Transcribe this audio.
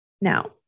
Now